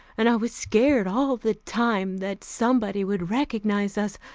and i was scared all the time that somebody would recognize us.